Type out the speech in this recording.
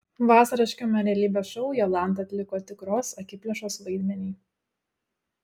vasariškame realybės šou jolanta atliko tikros akiplėšos vaidmenį